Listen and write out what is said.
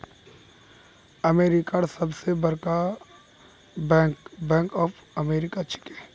अमेरिकार सबस बरका बैंक बैंक ऑफ अमेरिका छिके